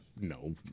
no